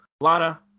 Lana